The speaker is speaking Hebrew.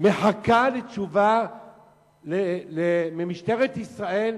מחכה לתשובה ממשטרת ישראל,